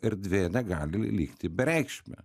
erdvė negali likti bereikšmė